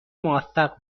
موفق